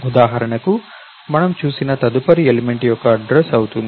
ఉదాహరణకు స్థానం మనం చూసిన తదుపరి ఎలిమెంట్ యొక్క అడ్రస్ అవుతుంది